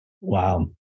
Wow